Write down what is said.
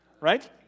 right